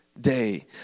day